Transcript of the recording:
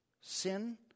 Sin